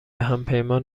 همپیمان